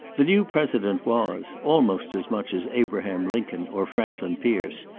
the new president was, almost as much as abraham lincoln or franklin pierce,